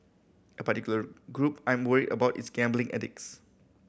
a particular group I'm worried about is gambling addicts